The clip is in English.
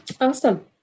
Awesome